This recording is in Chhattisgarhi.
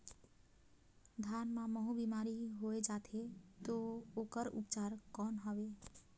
धान मां महू बीमारी होय जाथे तो ओकर उपचार कौन हवे?